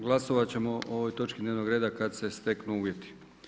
Glasovat ćemo o ovoj točki dnevnog reda kad se steknu uvjeti.